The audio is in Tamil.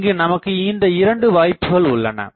இங்கு நமக்கு இந்த 2 வாய்ப்புகள் உள்ளன